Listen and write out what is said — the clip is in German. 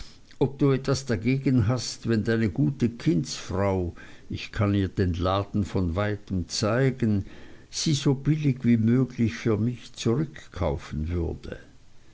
ob du etwas dagegen hast wenn deine gute kindsfrau ich kann ihr den laden von weitem zeigen sie so billig wie möglich für mich zurückkaufen würde